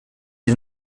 sie